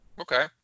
Okay